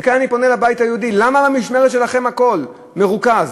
וכאן אני פונה לבית היהודי: למה במשמרת שלכם הכול מרוכז?